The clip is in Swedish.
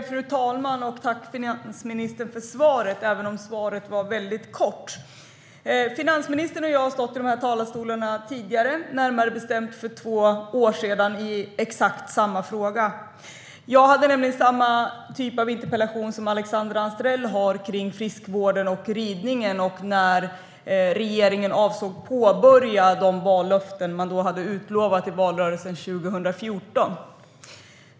Fru talman! Jag tackar finansministern för svaret, även om svaret var mycket kort. Finansministern och jag har stått i dessa talarstolar tidigare, närmare bestämt för två år sedan, och diskuterat exakt samma fråga. Jag hade nämligen samma typ av interpellation som Alexandra Anstrell har om friskvården och ridningen och när regeringen avser att påbörja infriandet av de vallöften som man hade utlovat i valrörelsen 2014.